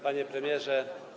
Panie Premierze!